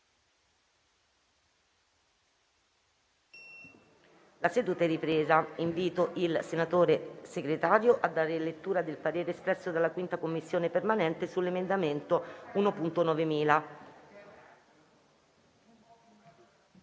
una nuova finestra") Invito il senatore Segretario a dare lettura del parere espresso dalla 5a Commissione permanente sull'emendamento 1.9000,